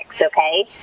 okay